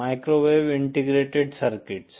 microwave integrated circuits